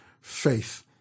faith